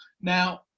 Now